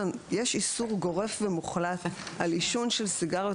יש איסור גורף ומוחלט על עישון של סיגריות